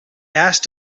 asked